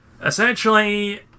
essentially